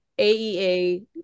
AEA